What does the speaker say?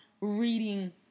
reading